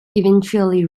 eventually